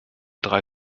drei